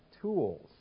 tools